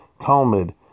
Talmud